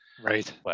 Right